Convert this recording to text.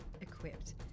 equipped